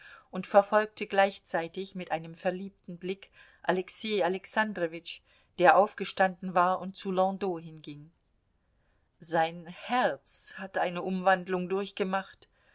und verfolgte gleichzeitig mit einem verliebten blick alexei alexandrowitsch der aufgestanden war und zu landau hinging sein herz hat eine umwandlung durchgemacht